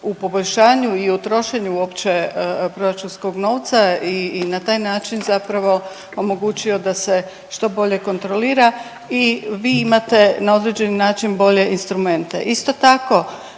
u poboljšanju i u trošenju uopće proračunskog novca i na taj način zapravo omogućio da se što bolje kontrolira i vi imate na određeni način bolje instrumente. Isto tako